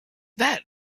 that